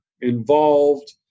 involved